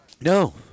No